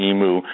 Emu